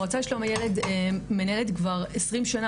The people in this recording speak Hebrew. המועצה לשלום הילד מנהלת כבר 20 שנה